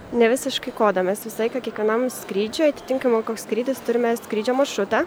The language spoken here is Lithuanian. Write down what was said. ne visiškai kodą mes visą laiką kiekvienam skrydžiui atitinkamai koks skrydis turime skrydžio maršrutą